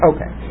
Okay